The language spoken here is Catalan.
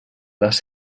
les